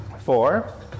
four